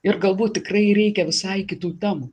ir galbūt tikrai reikia visai kitų temų